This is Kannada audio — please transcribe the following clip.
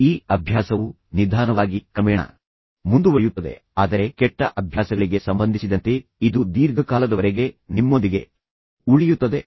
ಈ ಅಭ್ಯಾಸವು ನಿಧಾನವಾಗಿ ಕ್ರಮೇಣ ಮುಂದುವರಿಯುತ್ತದೆ ಆದರೆ ಕೆಟ್ಟ ಅಭ್ಯಾಸಗಳಿಗೆ ಸಂಬಂಧಿಸಿದಂತೆ ಇದು ದೀರ್ಘಕಾಲದವರೆಗೆ ನಿಮ್ಮೊಂದಿಗೆ ಉಳಿಯುತ್ತದೆ